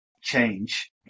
change